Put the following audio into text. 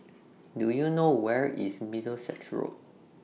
Do YOU know Where IS Middlesex Road